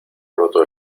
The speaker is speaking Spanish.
roto